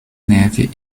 neve